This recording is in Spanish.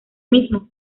mismo